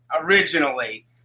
originally